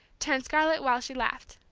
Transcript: turned scarlet while she laughed.